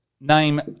Name